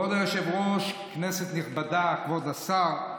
כבוד היושב-ראש, כנסת נכבדה, כבוד השר,